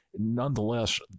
Nonetheless